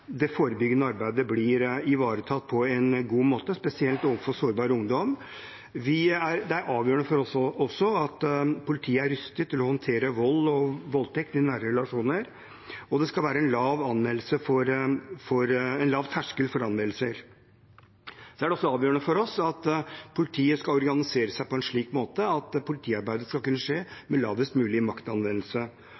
det forebyggende arbeidet blir ivaretatt på en god måte, spesielt overfor sårbar ungdom. Det er også avgjørende for oss at politiet er rustet til å håndtere vold og voldtekt i nære relasjoner, og det skal være en lav terskel for anmeldelser. I tillegg er det avgjørende for oss at politiet skal organisere seg på en slik måte at politiarbeidet skal kunne skje